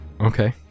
okay